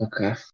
Okay